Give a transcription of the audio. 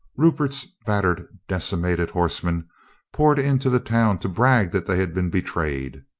rupert's battered, decimated horsemen poured into the town to brag that they had been betrayed.